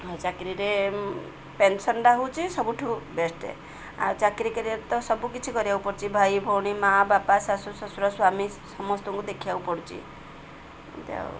ଚାକିରିରେ ପେନ୍ସନ୍ଟା ହେଉଛି ସବୁଠୁ ବେଷ୍ଟ ଆଉ ଚାକିରି କ୍ୟାରିିୟର୍ରେ ତ ସବୁ କିଛି କରିବାକୁ ପଡ଼ୁଛି ଭାଇ ଭଉଣୀ ମାଆ ବାପା ଶାଶୁ ଶ୍ଵଶୁର ସ୍ୱାମୀ ସମସ୍ତଙ୍କୁ ଦେଖିବାକୁ ପଡ଼ୁଛି ଏମିତି ଆଉ